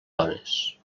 dones